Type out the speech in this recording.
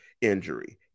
injury